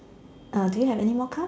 uh do you have anymore card